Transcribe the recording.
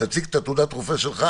תציג את תעודת הרופא שלך.